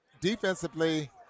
defensively